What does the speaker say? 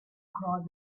cross